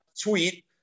tweet